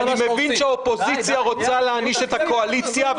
אני מבין שהאופוזיציה רוצה להעניש את הקואליציה,